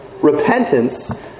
Repentance